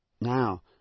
Now